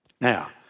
Now